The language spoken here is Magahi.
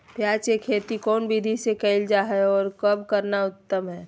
प्याज के खेती कौन विधि से कैल जा है, और कब करना उत्तम है?